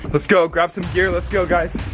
let's go, grab some gear. let's go, guys.